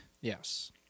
Yes